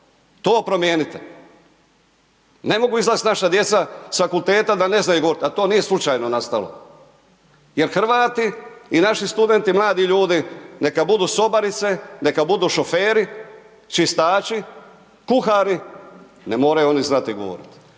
To promijenite. Ne mogu izlazit naša djeca sa fakulteta da ne znaju govoriti a to nije slučajno nastalo. Jer Hrvati i naši studenti, mladi ljudi neka budu sobarice, neka budu šoferi, čistači, kuhari, ne moraju oni znati govoriti.